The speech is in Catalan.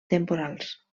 temporals